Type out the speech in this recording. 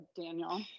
Daniel